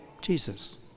Jesus